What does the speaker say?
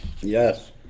Yes